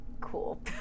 cool